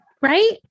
right